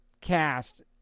cast